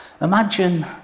Imagine